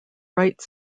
right